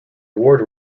award